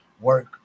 work